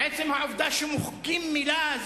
עצם העובדה שמוחקים מלה,